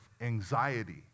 anxiety